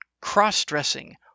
cross-dressing